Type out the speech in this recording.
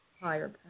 higher